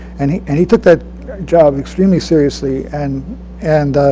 and he and he took that job extremely seriously, and and